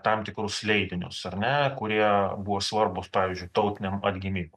tam tikrus leidinius ar ne kurie buvo svarbūs pavyzdžiui tautiniam atgimimui